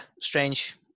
strange